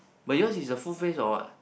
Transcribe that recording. but yours is a full face or what